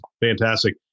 fantastic